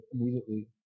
immediately